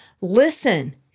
listen